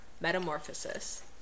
Metamorphosis